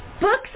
Books